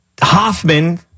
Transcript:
Hoffman